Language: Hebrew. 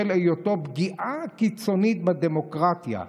בשל היותו פגיעה קיצונית בדמוקרטיה.